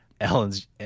Ellen's